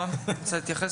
כן, נעה, רוצה להתייחס?